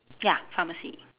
ya pharmacy